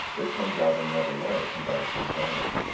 it comes out in another way, it comes out as anxiety.